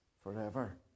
forever